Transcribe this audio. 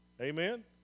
Amen